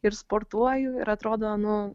ir sportuoju ir atrodo nu